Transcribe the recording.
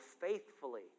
faithfully